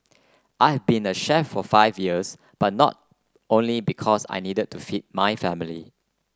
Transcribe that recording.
I have been a chef for five years but not only because I needed to feed my family